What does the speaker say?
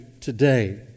today